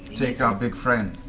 take our big friend?